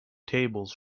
tables